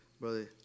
brother